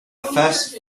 face